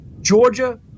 Georgia